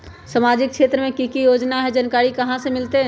सामाजिक क्षेत्र मे कि की योजना है जानकारी कहाँ से मिलतै?